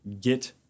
get